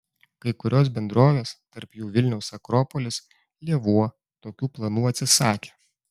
kai kurios bendrovės tarp jų vilniaus akropolis lėvuo tokių planų atsisakė